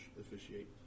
officiate